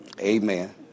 Amen